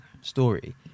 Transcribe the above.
story